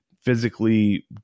physically